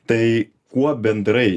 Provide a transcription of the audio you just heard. tai kuo bendrai